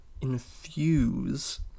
infuse